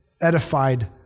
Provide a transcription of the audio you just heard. edified